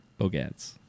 Bogats